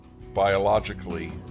biologically